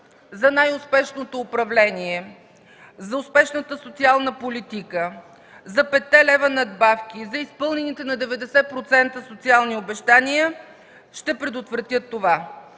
за най-успешното управление, за успешната социална политика, за петте лева надбавки, за изпълнените на 90% социални обещания, ще предотвратят това,